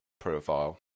profile